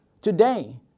today